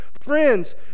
friends